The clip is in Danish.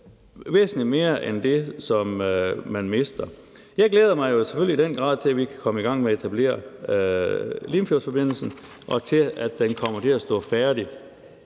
væsentligt mere end det, som man mister. Jeg glæder mig jo selvfølgelig i den grad til, at vi kan komme i gang med at etablere Limfjordsforbindelsen, og til, at den kommer til at stå færdig.